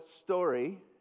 story